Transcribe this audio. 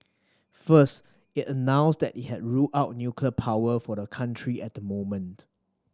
first it announced that it had ruled out nuclear power for the country at the moment